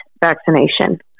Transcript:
vaccination